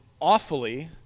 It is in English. awfully